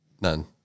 None